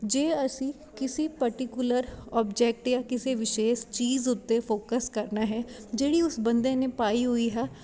ਜੇ ਅਸੀਂ ਕਿਸੇ ਪਰਟੀਕੁਲਰ ਓਬਜੈਕਟ ਜਾਂ ਕਿਸੇ ਵਿਸ਼ੇਸ਼ ਚੀਜ਼ ਉੱਤੇ ਫੋਕਸ ਕਰਨਾ ਹੈ ਜਿਹੜੀ ਉਸ ਬੰਦੇ ਨੇ ਪਾਈ ਹੋਈ ਹੈ